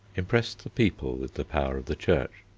impressed the people with the power of the church.